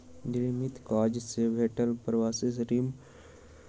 नियमित काज नै भेटब प्रवासी श्रमिक बनबा के कारण अछि